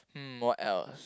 hmm what else